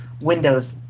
Windows